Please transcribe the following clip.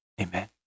Amen